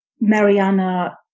Mariana